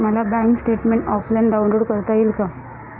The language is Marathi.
मला बँक स्टेटमेन्ट ऑफलाईन डाउनलोड करता येईल का?